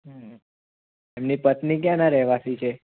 હં એમની પત્ની ક્યાંના રહેવાસી છે